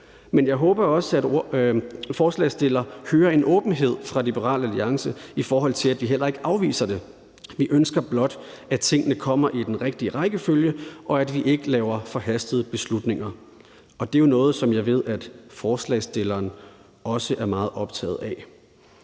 Men jeg håber jo også, at forslagsstilleren hører, at der er en åbenhed fra Liberal Alliance, i forhold til at vi heller ikke afviser det. Vi ønsker blot, at tingene kommer i den rigtige rækkefølge, og at vi ikke laver forhastede beslutninger, og det er jo også noget, som jeg ved at forslagsstilleren er meget optaget af.